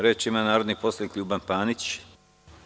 Reč ima narodni poslanik Ljuban Panić.